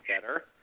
better